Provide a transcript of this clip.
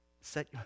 Set